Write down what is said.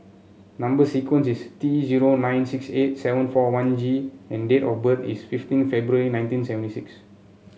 number sequence is T zero nine six eight seven four one G and date of birth is fifteen February nineteen seventy six